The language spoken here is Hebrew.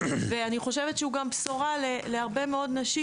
ואני חושבת שהוא גם בשורה להרבה מאוד נשים